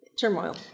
turmoil